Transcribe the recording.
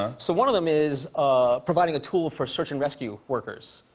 ah so one of them is ah providing a tool for search and rescue workers.